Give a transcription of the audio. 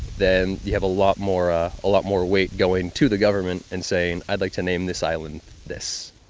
then you have a lot more ah a lot more weight going to the government in and saying, i'd like to name this island this.